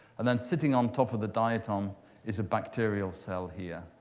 and then sitting on top of the diatom is a bacterial cell here.